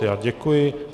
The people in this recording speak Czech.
Já děkuji.